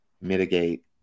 mitigate